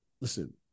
listen